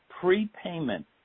prepayment